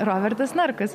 robertas narkus